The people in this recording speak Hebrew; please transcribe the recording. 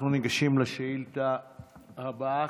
אנחנו ניגשים לשאילתה הבאה,